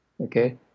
okay